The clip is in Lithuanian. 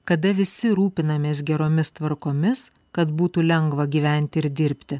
kada visi rūpinamės geromis tvarkomis kad būtų lengva gyventi ir dirbti